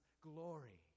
glory